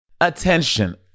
ATTENTION